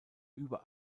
über